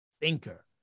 thinker